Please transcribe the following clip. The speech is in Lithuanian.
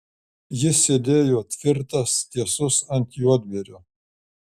jis sėdėjo tvirtas tiesus ant juodbėrio